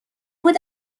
بود